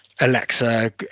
Alexa